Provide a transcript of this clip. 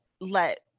let